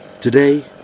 Today